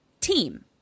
team